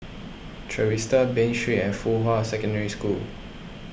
Trevista Bain Street and Fuhua Secondary School